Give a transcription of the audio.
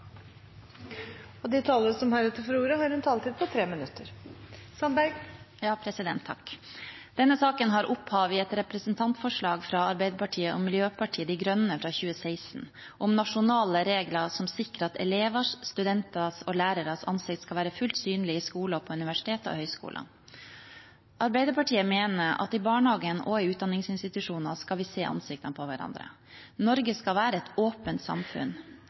De talere som heretter får ordet, har en taletid på inntil 3 minutter. Denne saken har opphav i et representantforslag fra Arbeiderpartiet og Miljøpartiet De Grønne fra 2016 om nasjonale regler som sikrer at elevers, studenters og læreres ansikt skal være fullt synlige i skoler, universiteter og høyskoler. Arbeiderpartiet mener at i barnehagen og i utdanningsinstitusjonene skal vi se ansiktene på hverandre. Norge skal være et åpent samfunn.